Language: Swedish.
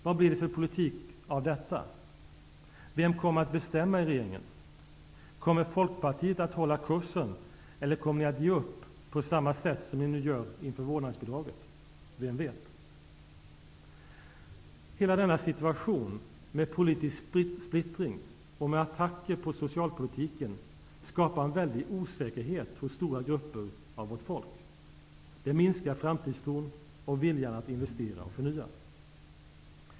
Jo, det bidde en tumme, en gest utan verklig betydelse för kampen mot arbetslösheten. Vem kan tro att sänkt moms på hotell, camping och inrikes resor kan sätta fart på ekonomin, när ni samtidigt gör det dyrare att bo i villa, radhus och hyreslägenhet? Hotelltjänsterna utgör 4 promille av den privata konsumtionen.